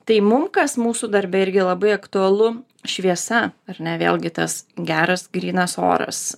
tai mum kas mūsų darbe irgi labai aktualu šviesa ar ne vėlgi tas geras grynas oras